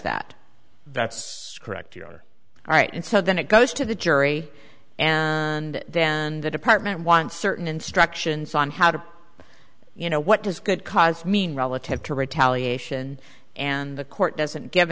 that that's correct you are right and so then it goes to the jury and the department wants certain instructions on how to you know what does good cause mean relative to retaliate and the court doesn't g